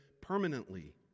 permanently